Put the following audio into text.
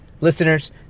Listeners